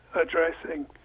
addressing